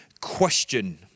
question